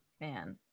Man